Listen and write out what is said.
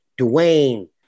Dwayne